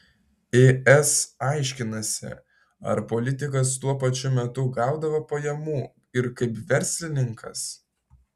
es aiškinasi ar politikas tuo pačiu metu gaudavo pajamų ir kaip verslininkas